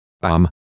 bam